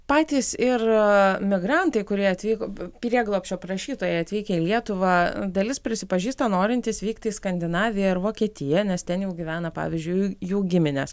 patys ir migrantai kurie atvyko prieglobsčio prašytojai atvykę į lietuvą dalis prisipažįsta norintys vykti į skandinaviją ar vokietiją nes ten gyvena pavyzdžiui jų giminės